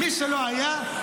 מי שלא הייתה לו,